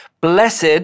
blessed